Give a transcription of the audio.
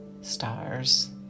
stars